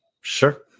sure